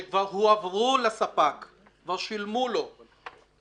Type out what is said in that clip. כשכבר הועבר לספק כל הכסף,